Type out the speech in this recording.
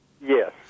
Yes